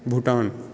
Bhutan